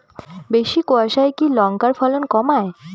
বেশি কোয়াশায় কি লঙ্কার ফলন কমায়?